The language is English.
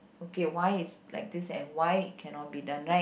okay why it's like this and why it cannot be done right